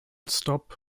stop